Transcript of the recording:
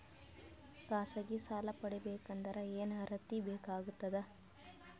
ಖಾಸಗಿ ಸಾಲ ಪಡಿಬೇಕಂದರ ಏನ್ ಅರ್ಹತಿ ಬೇಕಾಗತದ?